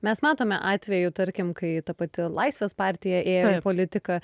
mes matome atvejų tarkim kai ta pati laisvės partija ėjo į politiką